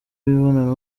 imibonano